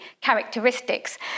characteristics